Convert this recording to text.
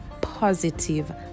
positive